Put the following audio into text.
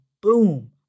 boom